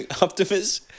Optimus